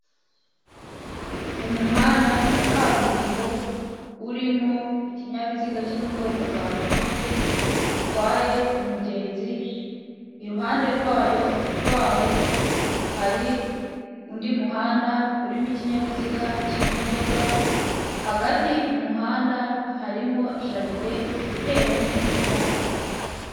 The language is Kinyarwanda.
Umuhanda wa kaburimbo urimo ikinyabiziga cyo m'ubwoko bwa moto gitwaye umugenzi, iruhande rwayo rwawo hari undi muhanda urimo ikinyabiziga cy'imodoka, hagati m'umuhanda harimo jaride iteyemo indabyo.